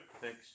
thanks